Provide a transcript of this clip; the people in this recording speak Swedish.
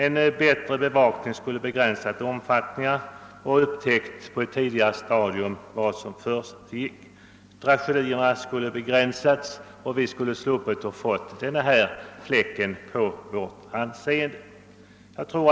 En bättre bevakning skulle ha begränsat deras omfattning och skulle ha lett till upptäckt på ett tidigare stadium av vad som försiggick. Vi skulle då ha sluppit få denna fläck på vårt lands anseende.